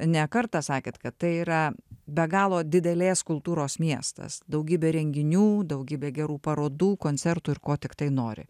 ne kartą sakėt kad tai yra be galo didelės kultūros miestas daugybė renginių daugybė gerų parodų koncertų ir ko tiktai nori